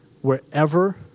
wherever